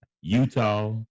Utah